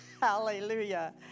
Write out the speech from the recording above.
Hallelujah